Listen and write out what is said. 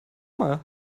mal